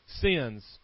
sins